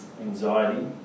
anxiety